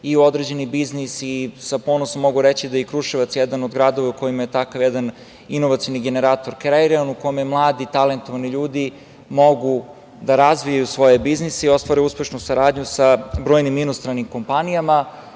i u određeni biznis. Sa ponosom mogu reći da je i Kruševac jedan od gradova u kojima je takav jedan inovacioni generator kreiran, u kome mladi talentovani ljudi mogu da razviju svoj biznis i ostvare uspešnu saradnju sa brojnim inostranim kompanijama